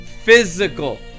physical